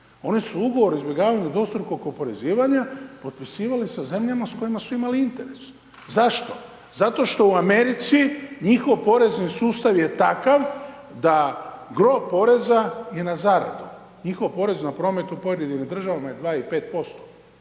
oni su ugovor o izbjegavanju dvostrukog oporezivanja potpisivali sa zemljama s kojima su imali interes. Zašto? Zato što u Americi njihov porezni sustav je takav da gro poreza je na zaradu, njihov porez na promet u pojedinim državama je 2